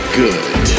good